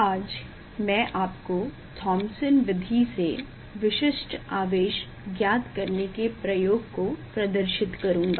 आज मैं आपको थामसन विधि से विशिष्ट आवेश ज्ञात करने के प्रयोग को प्रदर्शित करूँगा